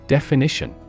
Definition